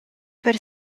per